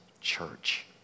church